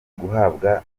guhabwa